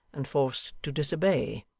and forced to disobey.